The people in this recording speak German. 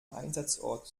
einsatzort